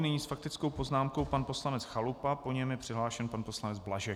Nyní s faktickou poznámkou pan poslanec Chalupa, po něm je přihlášen pan poslanec Blažek.